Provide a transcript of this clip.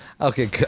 Okay